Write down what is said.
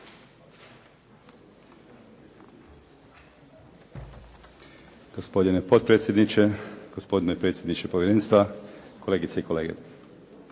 Gospodine potpredsjedniče, gospodine predsjedniče povjerenstva, kolegice i kolege.